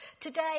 Today